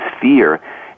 fear